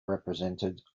represented